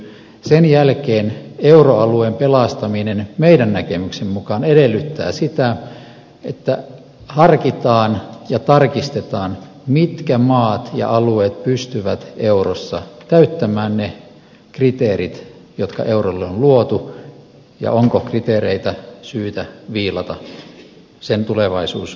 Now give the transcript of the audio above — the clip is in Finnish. sen jälkeen euroalueen pelastaminen meidän näkemyksemme mukaan edellyttää sitä että harkitaan ja tarkistetaan mitkä maat ja alueet pystyvät eurossa täyttämään ne kriteerit jotka eurolle on luotu ja onko kriteereitä syytä viilata sen tulevaisuus näyttää